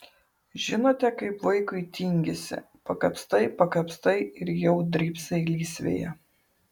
žinote kaip vaikui tingisi pakapstai pakapstai ir jau drybsai lysvėje